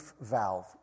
valve